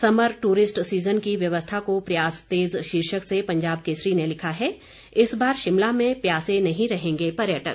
summer tourist season की व्यवस्था को प्रयास तेज़ शीर्षक से पंजाब केसरी ने लिखा है इस बार शिमला में प्यासे नहीं रहेंगे पर्यटक